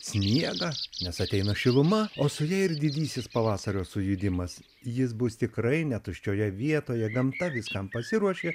sniegą nes ateina šiluma o su ja ir didysis pavasario sujudimas jis bus tikrai ne tuščioje vietoje gamta viskam pasiruošė